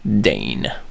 dane